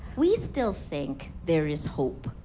we still think there is hope.